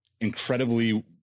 incredibly